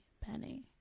penny